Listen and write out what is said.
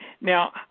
now